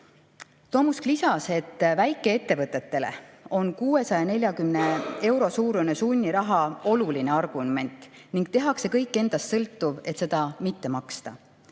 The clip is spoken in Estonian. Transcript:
Tomusk lisas, et väikeettevõtetele on 640 euro suurune sunniraha oluline argument ning tehakse kõik endast sõltuv, et seda mitte maksta.